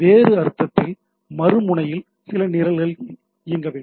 வேறு அர்த்தத்தில் மறுமுனையில் சில நிரல் இயங்க வேண்டும்